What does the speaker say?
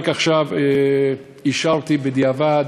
רק עכשיו אישרתי בדיעבד,